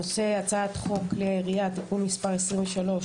הנושא: הצעת חוק כלי הירייה (תיקון מס' 23),